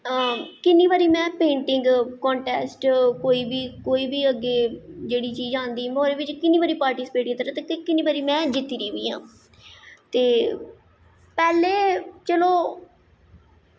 किन्नी बारी में पेंटिंग कंंटेस्ट कोई बी अग्गें जेह्ड़ी चीज़ आंदी किन्नी बारी पार्टीस्पेट कीते दा ते किन्नी बारी में जित्ती दी बी ऐं ते पैह्लें चलो